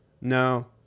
No